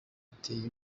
iteye